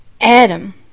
Adam